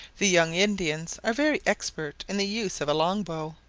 the young indians are very expert in the use of a long bow,